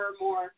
more